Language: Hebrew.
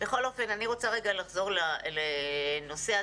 אני רוצה לחזור לנושא הדיון,